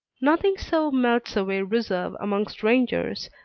nothing so melts away reserve among strangers,